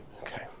Okay